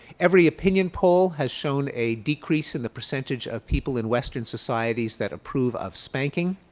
every opinion poll has shown a decrease in the percentage of people in western societies that approve of spanking.